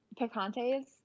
Picante's